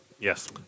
Yes